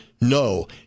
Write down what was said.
no